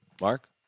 Mark